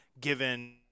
given